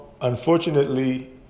unfortunately